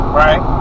right